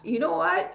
you know what